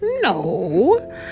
No